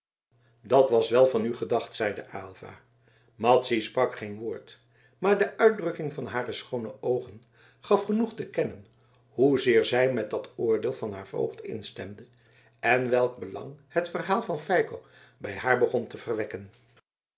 dat was wel van u gedacht zeide aylva madzy sprak geen woord maar de uitdrukking van hare schoone oogen gaf genoeg te kennen hoezeer zij met dat oordeel van haar voogd instemde en welk belang het verhaal van feiko bij haar begon te verwekken